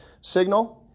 signal